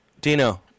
Dino